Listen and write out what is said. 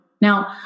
Now